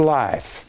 life